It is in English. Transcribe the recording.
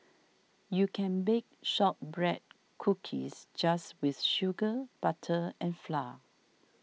you can bake Shortbread Cookies just with sugar butter and flour